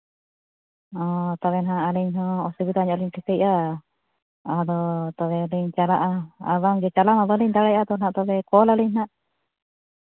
ᱚ ᱛᱟᱦᱚᱞᱮ ᱦᱟᱸᱜ ᱟᱹᱞᱤᱧᱦᱚᱸ ᱥᱩᱵᱤᱫᱷᱟ ᱧᱚᱜ ᱞᱤᱧ ᱴᱷᱤᱠᱟᱹᱭᱮᱫᱼᱟ ᱟᱫᱚ ᱛᱚᱵᱮ ᱞᱤᱧ ᱪᱟᱞᱟᱜᱼᱟ ᱟᱨ ᱵᱟᱝᱜᱮ ᱪᱟᱞᱟᱣ ᱦᱚᱸ ᱵᱟᱹᱞᱤᱧ ᱫᱟᱲᱮᱭᱟᱜᱼᱟ ᱛᱚᱵᱮ ᱠᱚᱞ ᱟᱹᱞᱤᱧ ᱦᱟᱸᱜ